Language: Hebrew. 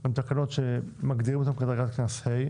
הן תקנות שמגדירים אותם כדרגת קנס ה'.